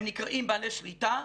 הם נקראים בעלי שליטה.